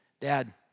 Dad